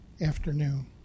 afternoon